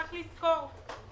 צריך לזכור שב-2018